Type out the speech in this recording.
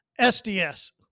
SDS